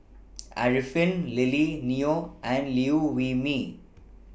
Arifin Lily Neo and Liew Wee Mee